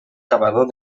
cavador